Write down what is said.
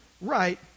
right